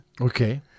Okay